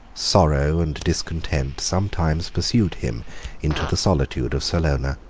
sorrow, and discontent, sometimes pursued him into the solitude of salona.